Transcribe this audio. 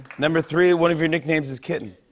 number three, one of your nicknames is kitten.